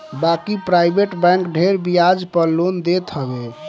बाकी private bank ढेर बियाज पअ लोन देत हवे